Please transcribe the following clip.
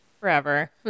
forever